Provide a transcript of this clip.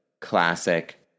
classic